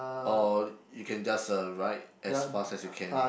or you can just uh ride as fast as you can